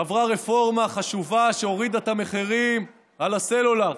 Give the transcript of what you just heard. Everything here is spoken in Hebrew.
עברה רפורמה חשובה שהורידה את המחירים על הסלולר,